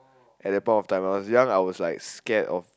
at the point of time when I was young I was like scared of